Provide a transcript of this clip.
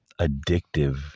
addictive